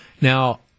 Now